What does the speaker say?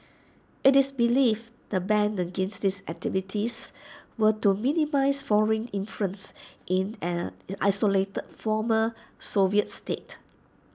IT is believed the ban against these activities were to minimise foreign influence in an isolated former Soviet state